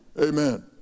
Amen